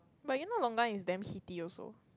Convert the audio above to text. but you know longan is damn heaty also